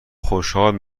خوشحال